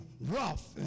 rough